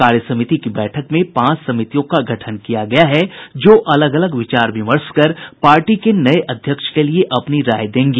कार्य समिति की बैठक में पांच समितियों का गठन किया गया है जो अलग अलग विचार विमर्श कर पार्टी के नये अध्यक्ष के लिए अपनी राय देंगी